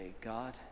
God